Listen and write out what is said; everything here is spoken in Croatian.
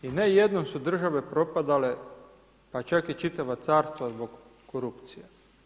I ne jednom su države propadale, pa čak i čitava carstva zbog korupcije.